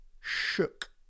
shook